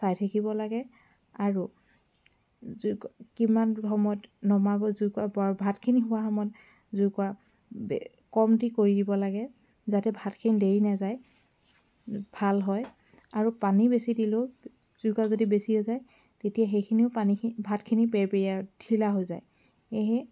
চাই থাকিব লাগে আৰু জুইকুৰা কিমান সময়ত নমাব জুইকুৰা ভাতখিনি হোৱা সময়ত জুইকুৰা বে কমটি কৰি দিব লাগে যাতে ভাতখিনি দেই নাযায় ভাল হয় আৰু পানী বেছি দিলেও জুইকুৰা যদি বেছি হৈ যায় তেতিয়া সেইখিনিও পানীখিনি ভাতখিনি পেৰপেৰিয়া ঢিলা হৈ যায় সেয়েহে